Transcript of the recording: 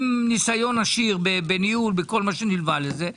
עם ניסיון עשיר בניהול ובכל מה שנלווה לזה,